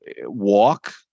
walk